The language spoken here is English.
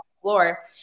floor